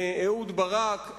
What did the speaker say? ואהוד ברק.